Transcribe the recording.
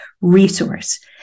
resource